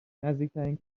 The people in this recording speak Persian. نزدیکترین